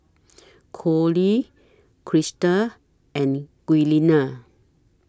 Conley Crista and Giuliana